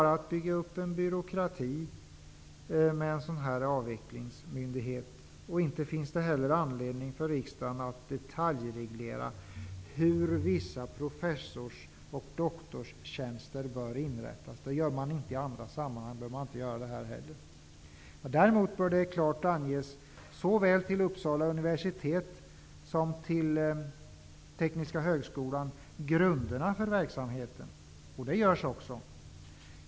Att skapa en avvecklingsmyndighet är bara att bygga upp en byråkrati. Det finns inte anledning för riksdagen att detaljreglera hur vissa professur och doktorandtjänster bör inrättas. Det gör man inte i andra sammanhang, och då behöver man inte heller göra det här. Däremot bör grunderna för verksamheten klart anges när det gäller såväl Uppsala universitet som Tekniska högskolan, vilket också görs.